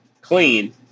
clean